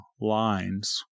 lines